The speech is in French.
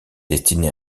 destinée